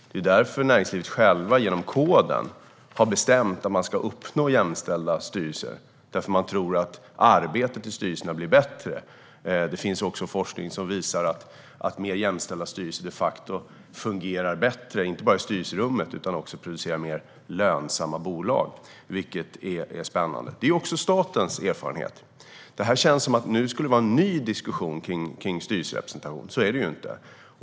Det är därför näringslivet själva genom koden har bestämt att man ska uppnå jämställda styrelser, därför att man tror att arbetet i styrelserna då blir bättre. Det finns också forskning som visar att mer jämställda styrelser de facto fungerar bättre, inte bara i styrelserummet, och att de också producerar mer lönsamma bolag, vilket är spännande. Det är också statens erfarenhet. Det känns som om det här skulle vara en ny diskussion om styrelserepresentation, men så är det ju inte.